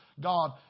God